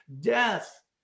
death